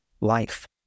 life